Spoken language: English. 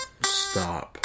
stop